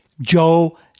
Joe